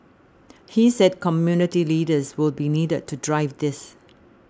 he said community leaders will be needed to drive this